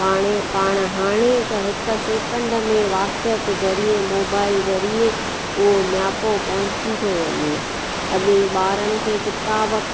पाणे पाण हाणे त हिकु सैकेंड में व्हाट्सअप ज़रिए मोबाइल जरिए उहो नियापो पहुची थो वञे अॻे ॿारनि खे किताब